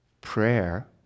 Prayer